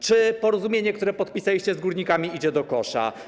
Czy porozumienie, które podpisaliście z górnikami, idzie do kosza?